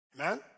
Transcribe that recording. amen